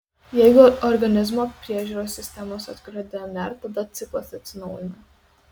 jeigu organizmo priežiūros sistemos atkuria dnr tada ciklas atsinaujina